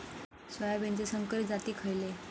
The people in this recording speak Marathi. सोयाबीनचे संकरित जाती खयले?